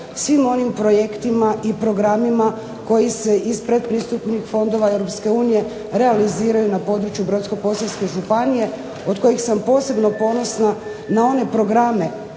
svim onim projektima i programima koji se iz pretpristupnih fondova Europske unije realiziraju na području Brodsko-posavske županije od kojih sam posebno ponosna na one programe